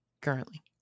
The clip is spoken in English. currently